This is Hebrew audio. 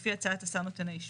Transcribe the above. לפי הצעת השר נותן האישור.